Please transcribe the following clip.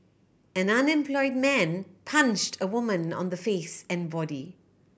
an unemployed man punched a woman on the face and body